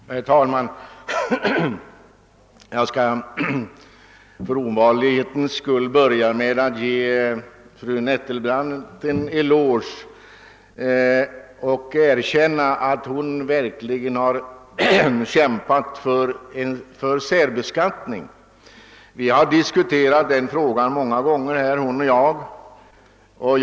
Herr talman! Jag skall för ovanlighetens skull börja med att ge fru Nettelbrandt en eloge och erkänna att hon verkligen har kämpat för särbeskattning. Hon och jag har diskuterat denna fråga många gånger i denna kammare.